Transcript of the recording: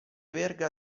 verga